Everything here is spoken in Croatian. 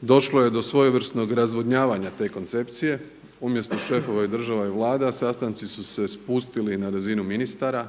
došlo je do svojevrsnog razvodnjavanja te koncepcije. Umjesto šefova i država i vlada sastanci su se spustili na razinu ministara,